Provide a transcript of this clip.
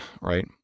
right